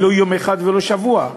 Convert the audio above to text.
לא יום אחד ולא שבוע.